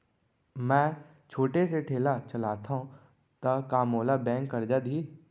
मैं छोटे से ठेला चलाथव त का मोला बैंक करजा दिही?